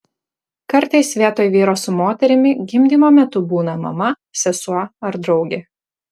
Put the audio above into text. kartais vietoj vyro su moterimi gimdymo metu būna mama sesuo ar draugė